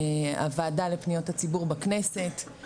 הוועדה לפניות הציבור בכנסת,